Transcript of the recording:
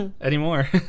anymore